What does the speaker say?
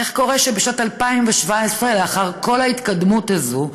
איך קורה שבשנת 2017, לאחר כל ההתקדמות הזאת,